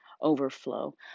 overflow